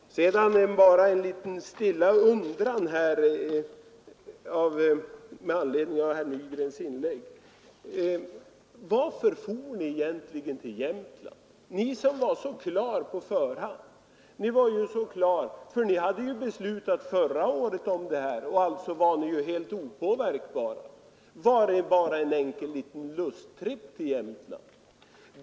Sedan bara en liten stilla undran med anledning av herr Nygrens inlägg. Varför for ni egentligen till Jämtland, ni som på förhand hade er inställning klar — ni hade ju förra året beslutat om detta och var helt opåverkbara? Var det bara en nöjestripp till Jämtland?